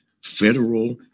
federal